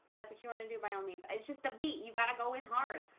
that's what you want to do by all means it's just the beat you got to go in hard.